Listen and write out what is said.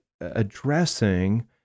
addressing